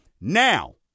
Now